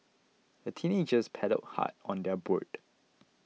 the teenagers paddled hard on their boat